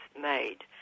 made